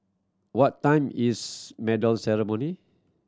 what time is medal ceremony